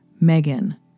Megan